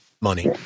money